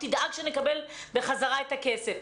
תדאג שנקבל חזרה את הכסף.